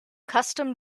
custom